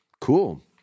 Cool